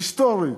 היסטורית,